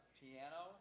piano